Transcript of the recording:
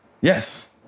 Yes